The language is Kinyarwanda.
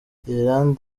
ireland